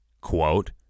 quote